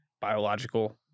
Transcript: biological